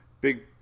big